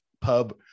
pub